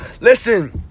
listen